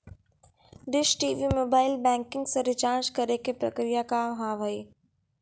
Dish TV mobile banking से recharge करे के प्रक्रिया का हाव हई?